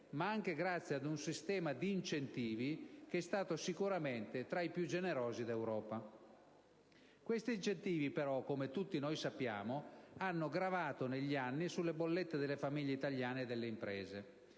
ma anche grazie ad un sistema di incentivi che è stato sicuramente tra i più generosi d'Europa. Questi incentivi però, come tutti noi sappiamo, hanno gravato negli anni sulle bollette delle famiglie italiane e delle imprese,